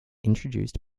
introduced